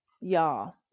Y'all